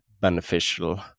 beneficial